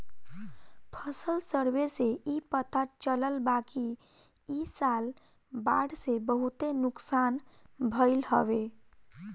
फसल सर्वे से इ पता चलल बाकि इ साल बाढ़ से बहुते नुकसान भइल हवे